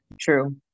true